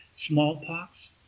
smallpox